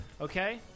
okay